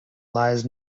lies